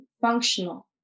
functional